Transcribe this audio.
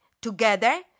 together